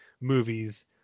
movies